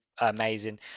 amazing